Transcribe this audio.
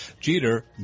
Jeter